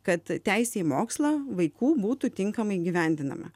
kad teisė į mokslą vaikų būtų tinkamai įgyvendinama